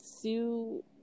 Sue